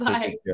Bye